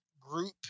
group